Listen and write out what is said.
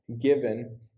given